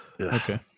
okay